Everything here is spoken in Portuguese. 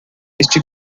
este